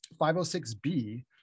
506B